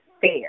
fair